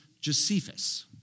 Josephus